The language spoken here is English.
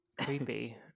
Creepy